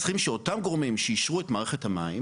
צריך שאותם גורמים שאישרו את מערכת המים